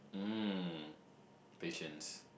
um patience